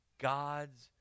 God's